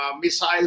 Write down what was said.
missile